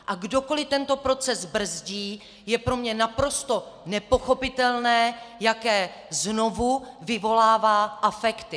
A kdokoli tento proces brzdí, je pro mě naprosto nepochopitelné, jaké znovu vyvolává afekty.